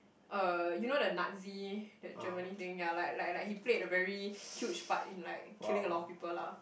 uh you know the Nazi the Germany thing ya like like like he played a very huge part in like killing a lot of people lah